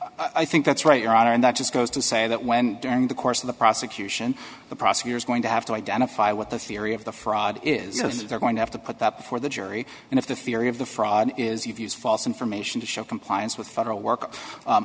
to i think that's right your honor and that just goes to say that when during the course of the prosecution the prosecutor's going to have to identify what the theory of the fraud is if they're going to have to put that before the jury and if the theory of the fraud is use false information to show compliance with federal work